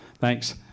Thanks